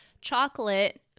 chocolate